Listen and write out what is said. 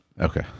Okay